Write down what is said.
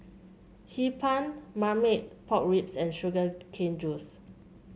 Hee Pan Marmite Pork Ribs and Sugar Cane Juice